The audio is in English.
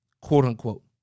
quote-unquote